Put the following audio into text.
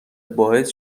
باعث